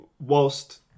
Whilst